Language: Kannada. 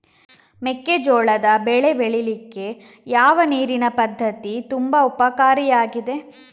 ಮೆಕ್ಕೆಜೋಳದ ಬೆಳೆ ಬೆಳೀಲಿಕ್ಕೆ ಯಾವ ನೀರಿನ ಪದ್ಧತಿ ತುಂಬಾ ಉಪಕಾರಿ ಆಗಿದೆ?